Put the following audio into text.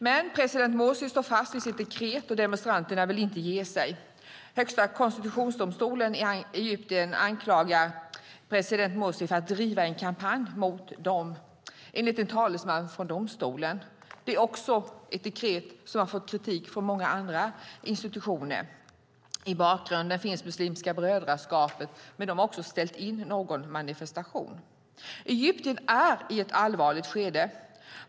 Men president Mursi står fast vid sitt dekret, och demonstranterna vill inte ge sig. Högsta konstitutionsdomstolen i Egypten anklagar president Mursi för att driva en kampanj mot den, enligt en talesman för domstolen. Det är ett dekret som har fått kritik från många andra institutioner. I bakgrunden finns Muslimska brödraskapet, men de har också ställt in någon manifestation. Egypten är i ett allvarligt skede.